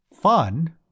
Fun